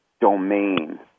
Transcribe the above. domain